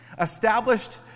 established